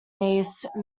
niece